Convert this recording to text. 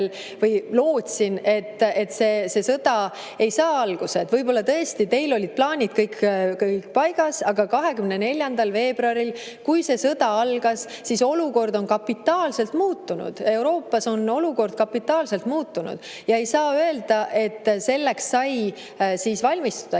või lootsin, et see sõda ei saa algust. Võib-olla tõesti teil olid plaanid kõik paigas, aga 24. veebruarist, kui see sõda algas, on olukord kapitaalselt muutunud. Euroopas on olukord kapitaalselt muutunud. Ei saa öelda, et selleks sai valmistuda.